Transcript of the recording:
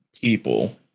people